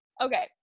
Okay